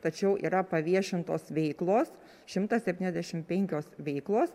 tačiau yra paviešintos veiklos šimtas septyniasdešimt penkios veiklos